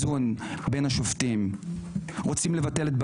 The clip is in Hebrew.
באלימות כלפי להט"בים ואני חווה את זה על